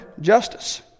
justice